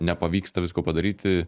nepavyksta visko padaryti